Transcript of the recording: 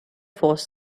force